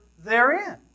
therein